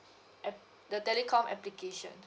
app the telecom application